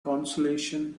consolation